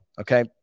Okay